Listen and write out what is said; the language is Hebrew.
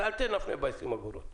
אז אל תנפנף ב-20 אגורות.